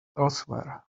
elsewhere